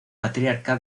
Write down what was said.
patriarca